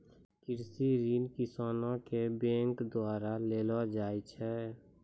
कृषि ऋण किसानो के बैंक द्वारा देलो जाय छै